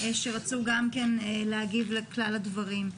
שתרצה להגיב לדברים.